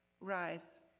Rise